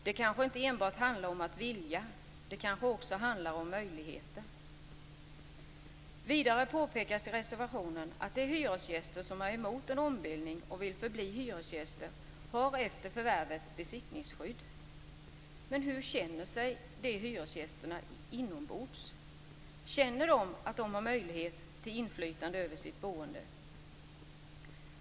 Det kanske inte enbart handlar om att vilja, det kanske också handlar om möjligheter. Vidare påpekas i reservationen att de hyresgäster som är emot en ombildning och vill förbli hyresgäster har efter förvärvet besittningsskydd. Men hur känner sig de hyresgästerna inombords? Känner de att de har möjlighet till inflytande över sitt boende?